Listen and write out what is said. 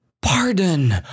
pardon